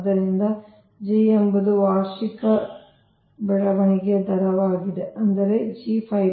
ಆದ್ದರಿಂದ g ಎಂಬುದು ವಾರ್ಷಿಕ ಲೋಡ್ ಬೆಳವಣಿಗೆಯ ದರವಾಗಿದೆ ಅಂದರೆ g 5